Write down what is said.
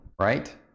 right